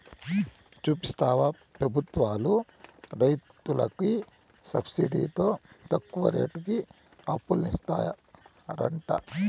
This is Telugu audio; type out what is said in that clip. చూస్తివా పెబుత్వాలు రైతులకి సబ్సిడితో తక్కువ రేటుకి అప్పులిత్తారట